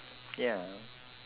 ya